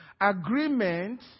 Agreement